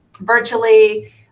virtually